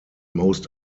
most